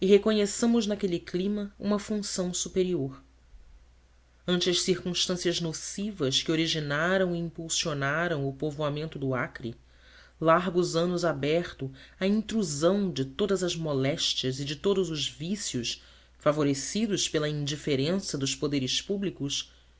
reconheçamos naquele clima uma função superior ante as circunstâncias nocivas que originaram e impulsionaram o povoamento do acre largos anos aberto à intrusão de todas as moléstias e de todos os vícios favorecidos pela indiferença dos poderes públicos